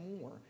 more